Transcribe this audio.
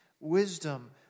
wisdom